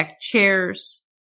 chairs